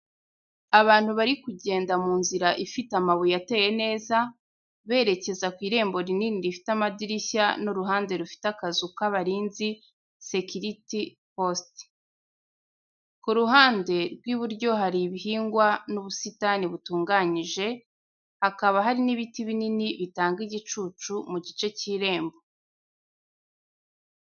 Abantu bari kugenda mu nzira ifite amabuye ateye neza, berekeza ku irembo rinini rifite amadirishya n'uruhande rufite akazu k’abarinzi security poste. Ku ruhande rw'iburyo hari ibihingwa n'ubusitani butunganyije, hakaba hari n’ibiti binini bitanga igicucu mu gice cy'irembo.